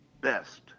best